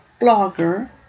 blogger